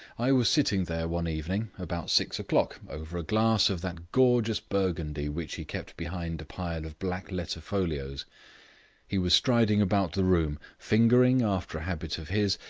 i was sitting there one evening, about six o'clock, over a glass of that gorgeous burgundy which he kept behind a pile of black-letter folios he was striding about the room, fingering, after a habit of his,